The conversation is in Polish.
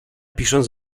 pisząc